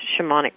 shamanic